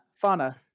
fauna